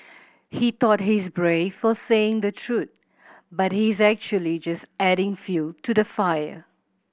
he thought he's brave for saying the truth but he is actually just adding fuel to the fire